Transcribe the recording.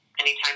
Anytime